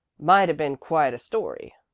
might a ben quite a story.